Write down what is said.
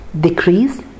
decrease